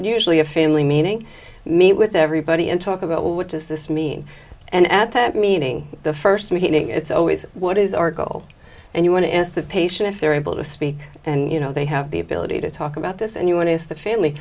usually a family meeting meet with everybody and talk about what does this mean and at that meeting the first meeting it's always what is our goal and you want to is the patient if they're able to speak and you know they have the ability to talk about this and you want to is the family